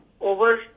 over